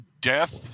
death